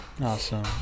Awesome